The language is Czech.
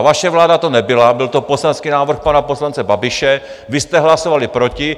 Vaše vláda to nebyla, byl to poslanecký návrh pana poslance Babiše, vy jste hlasovali proti.